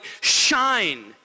shine